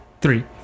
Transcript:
three